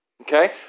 Okay